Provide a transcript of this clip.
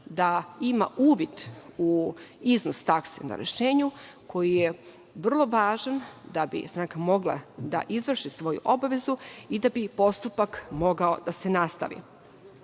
da ima uvid u iznos takse na rešenju, koji je vrlo važan da bi stranka mogla da izvrši svoju obavezu i da bi postupak mogao da se nastavi.Međutim,